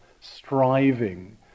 striving